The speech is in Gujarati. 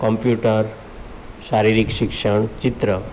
કોમ્પ્યુટર શારીરિક શિક્ષણ ચિત્ર